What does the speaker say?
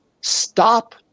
stop